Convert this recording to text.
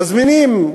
מזמינים,